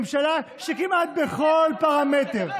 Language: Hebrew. ממשלה שכמעט בכל פרמטר,